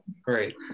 Great